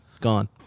Gone